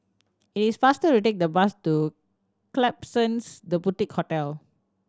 it is faster to take the bus to Klapsons The Boutique Hotel